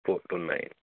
four two nine